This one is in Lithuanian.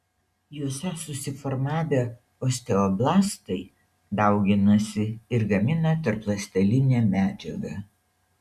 juose susiformavę osteoblastai dauginasi ir gamina tarpląstelinę medžiagą